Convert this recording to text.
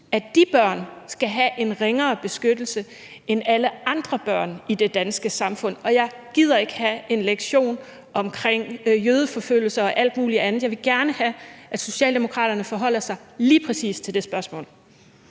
at de børn skal have en ringere beskyttelse end alle andre børn i det danske samfund? Og jeg gider ikke have en lektion om jødeforfølgelser og alt muligt andet. Jeg vil gerne have, at Socialdemokraterne forholder sig lige præcis til det spørgsmål.